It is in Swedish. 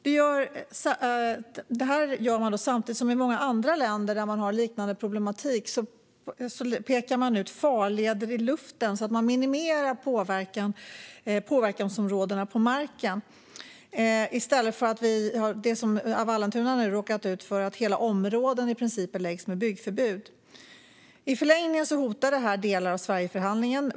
Detta görs samtidigt som man i många andra länder där man har liknande problematik pekar ut farleder i luften för att minimera påverkansområdena på marken i stället för att, som Vallentuna nu råkat ut för, hela områden i princip beläggs med byggförbud. I förlängningen hotar detta delar av Sverigeförhandlingen.